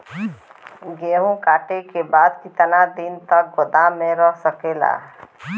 गेहूँ कांटे के बाद कितना दिन तक गोदाम में रह सकेला?